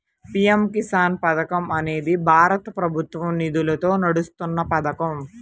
PM Kisan పథకం అనేది భారత ప్రభుత్వ నిధులతో నడుస్తున్న పథకం